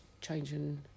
changing